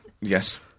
Yes